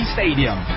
Stadium